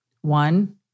One